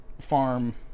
farm